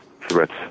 threats